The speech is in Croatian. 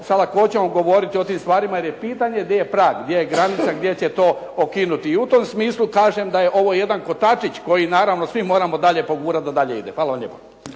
sa lakoćom govoriti o tim stvarima, jer je pitanje gdje je prag, gdje je granice, gdje će to okinuti. I u tom smislu kažem da je ovo jedan kotačić, koji naravno svi dalje moramo pogurati da dalje ide. Hvala vam lijepa.